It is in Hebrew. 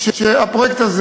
שהפרויקט הזה